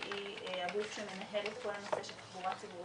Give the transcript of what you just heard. שהיא הגוף שמנהל את כל הנושא של תחבורה ציבורית